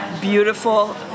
beautiful